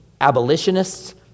abolitionists